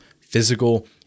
physical